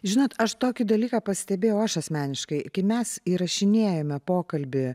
žinot aš tokį dalyką pastebėjau aš asmeniškai kai mes įrašinėjame pokalbį